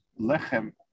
lechem